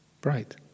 bright